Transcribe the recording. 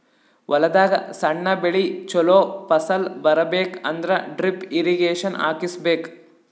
ಹೊಲದಾಗ್ ಸಣ್ಣ ಬೆಳಿ ಚೊಲೋ ಫಸಲ್ ಬರಬೇಕ್ ಅಂದ್ರ ಡ್ರಿಪ್ ಇರ್ರೀಗೇಷನ್ ಹಾಕಿಸ್ಬೇಕ್